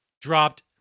dropped